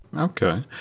Okay